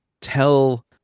tell